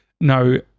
No